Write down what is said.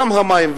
גם המים,